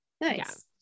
Nice